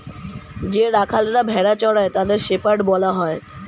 যে রাখালরা ভেড়া চড়ায় তাদের শেপার্ড বলা হয়